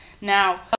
Now